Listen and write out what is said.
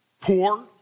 poor